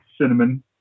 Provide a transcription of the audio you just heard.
cinnamon